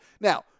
Now